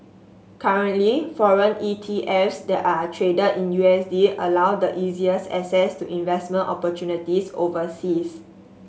currently foreign ETFs that are traded in U S D allow the easiest access to investment opportunities overseas